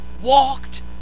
walked